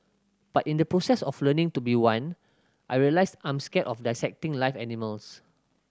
but in the process of learning to be one I realised I'm scared of dissecting live animals